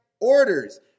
orders